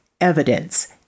evidence